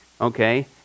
Okay